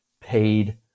paid